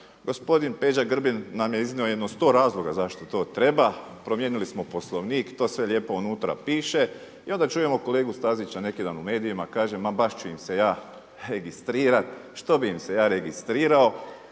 Gospodin Peđa Grbin nam je iznio jedno 100 razloga zašto to treba, promijenili smo Poslovnik i to sve lijepo unutra piše i onda čujemo kolegu Stazića neki dan u medijima kaže ma baš ću im se ja registrirat, što bi im se ja registrirao